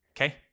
Okay